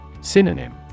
Synonym